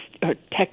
text